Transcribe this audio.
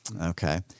okay